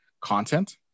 content